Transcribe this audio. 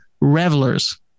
revelers